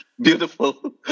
Beautiful